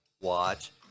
watch